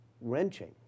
wrenching